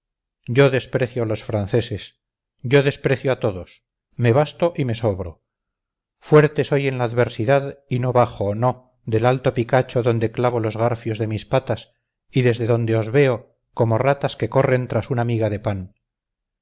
yo desprecio a los franceses yo desprecio a todos me basto y me sobro fuerte soy en la adversidad y no bajo no del alto picacho donde clavo los garfios de mis patas y desde donde os veo como ratas que corren tras una miga de pan